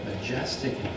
majestic